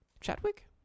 Chadwick